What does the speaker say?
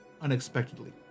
unexpectedly